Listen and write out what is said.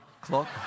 clock